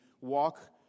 walk